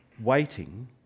waiting